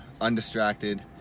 undistracted